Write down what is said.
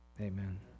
amen